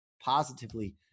positively